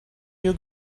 you